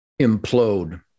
implode